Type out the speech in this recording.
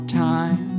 time